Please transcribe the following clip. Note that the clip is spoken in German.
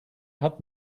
hat